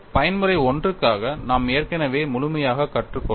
பயன்முறை I க்காக நாம் ஏற்கனவே முழுமையாய் கற்றுக்கொண்டோம்